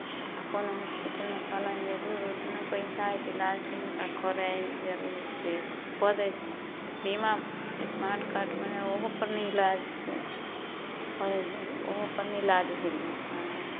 आ कोनो हॉस्पिटलमे कहलनि जे धुर उतना पैसाके इलाज किनका करै हइ जरूरी से कऽ दै छी बीमा स्मार्ट कार्ड बनै हइ ओहोपर नहि इलाज होइ हइ ओहोपर नहि इलाज भेल